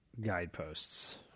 guideposts